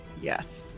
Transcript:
Yes